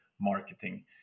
marketing